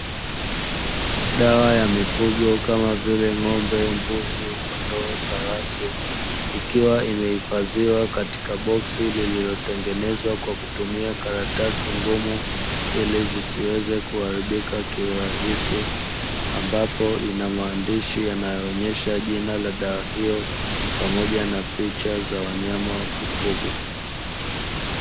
Dawa ya mifugo kama vile: ng'ombe, mbuzi, kondoo, farasi, ikiwa imehifadhiwa katika boksi lililotengenezwa kwa kutumia karatasi ngumu, ili zisiweze kuharibika kiurahisi, ambapo ina maandishi yanayoonyesha jina la dawa hiyo, pamoja na picha za wanyama wa kufugwa.